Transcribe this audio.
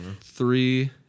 three